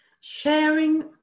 sharing